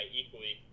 equally